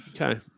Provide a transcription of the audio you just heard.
okay